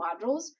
modules